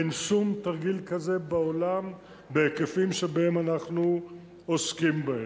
אין שום תרגיל כזה בעולם בהיקפים שאנחנו עוסקים בהם.